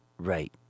Right